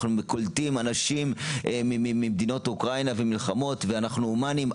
אנחנו קולטים אנשים ממדינת אוקראינה ומלחמות ואנחנו הומניים,